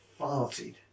farted